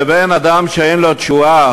בבן-אדם שאין לו תשועה,